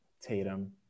Tatum